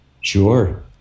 Sure